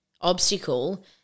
obstacle